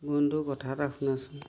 বন্ধু কথা এটা শুনাচোন